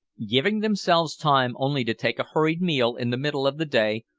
giving themselves time only to take a hurried meal in the middle of the day,